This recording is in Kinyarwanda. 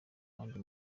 kdi